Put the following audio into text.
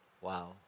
Wow